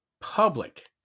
public